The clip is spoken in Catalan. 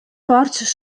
ports